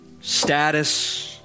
status